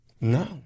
No